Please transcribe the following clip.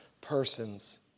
persons